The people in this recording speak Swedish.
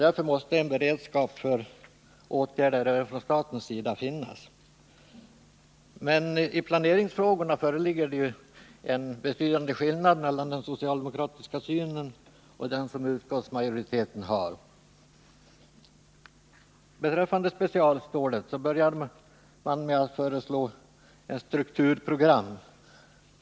Därför måste en beredskap finnas för åtgärder även från statens sida. Men i planeringsfrågorna föreligger det en betydande skillnad mellan den socialdemokratiska synen och den som utskottsmajoriteten har. Beträffande specialstålet började socialdemokraterna med att föreslå ett strukturprogram.